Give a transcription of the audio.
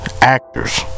actors